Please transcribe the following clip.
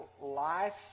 life